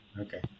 Okay